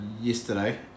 yesterday